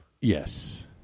Yes